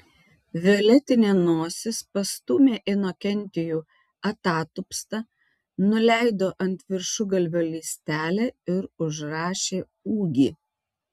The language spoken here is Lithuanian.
violetinė nosis pastūmė inokentijų atatupstą nuleido ant viršugalvio lystelę ir užrašė ūgį